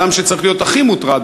האדם שצריך להיות הכי מוטרד,